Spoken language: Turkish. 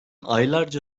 aylarca